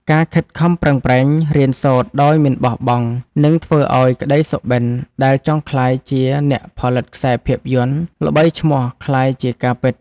ការខិតខំប្រឹងប្រែងរៀនសូត្រដោយមិនបោះបង់នឹងធ្វើឱ្យក្តីសុបិនដែលចង់ក្លាយជាអ្នកផលិតខ្សែភាពយន្តល្បីឈ្មោះក្លាយជាការិត។